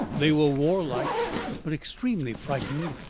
they were warlike but extremely frightened.